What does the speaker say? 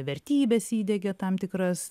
vertybes įdiegia tam tikras